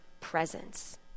presence